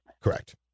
Correct